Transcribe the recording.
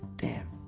damn.